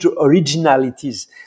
originalities